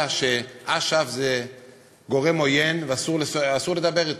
שאש"ף זה גורם עוין ואסור לדבר אתו,